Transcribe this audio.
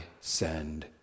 send